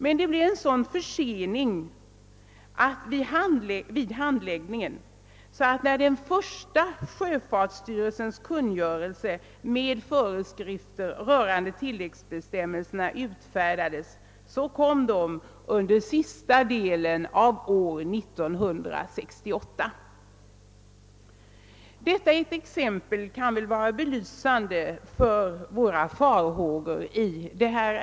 Det blev emellertid en sådan försening vid handläggningen, att sjöfartsstyrelsens första kungörelse med tillämpningsföreskrifter utfärdades först under senare delen av år 1968. Detta exempel kan ge en belysning av våra farhågor. Herr talman!